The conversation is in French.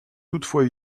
toutefois